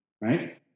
right